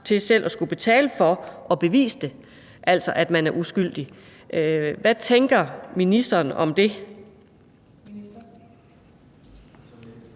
til selv at skulle betale for at bevise det, altså at man er uskyldig. Hvad tænker ministeren om det?